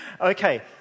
Okay